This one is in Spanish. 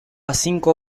cinco